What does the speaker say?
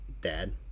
dad